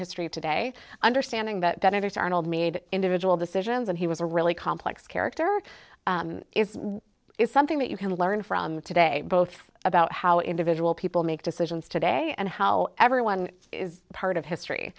history today understanding that others arnold made individual decisions and he was a really complex character is is something that you can learn from today both about how individual people make decisions today and how everyone is part of history